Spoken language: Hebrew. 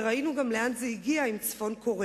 וראינו גם לאן זה הגיע עם צפון-קוריאה.